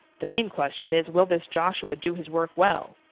the main question is will this joshua do his work well.